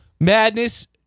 Madness